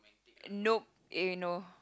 nope eh no